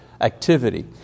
activity